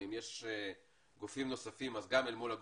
ואם יש גופים נוספים אז גם מולם,